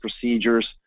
procedures